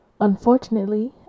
unfortunately